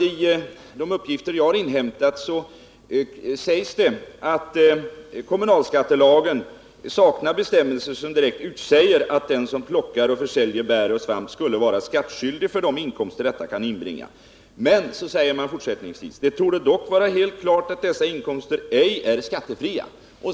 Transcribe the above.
I de uppgifter jag inhämtat sägs det att kommunalskattelagen saknar bestämmelser som direkt utsäger att den som plockar och försäljer bär och svamp skall vara skattskyldig för de inkomster detta kan inbringa. Men, sägs det fortsättningsvis, det torde dock vara helt klart att dessa inkomster ej är skattefria.